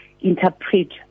interpret